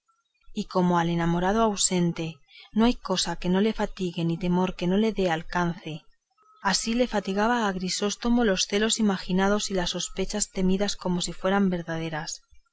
y como al enamorado ausente no hay cosa que no le fatigue ni temor que no le dé alcance así le fatigaban a grisóstomo los celos imaginados y las sospechas temidas como si fueran verdaderas